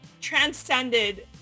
transcended